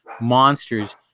monsters